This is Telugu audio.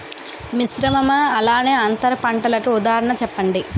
మిశ్రమ అలానే అంతర పంటలకు ఉదాహరణ చెప్పండి?